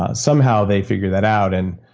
ah somehow, they figured that out and